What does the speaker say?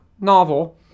novel